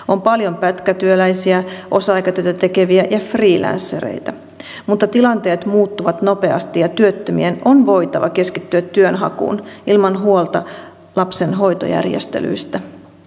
on paljon pätkätyöläisiä osa aikatyötä tekeviä ja freelancereita mutta tilanteet muuttuvat nopeasti ja työttömien on voitava keskittyä työnhakuun ilman huolta lapsen hoitojärjestelyistä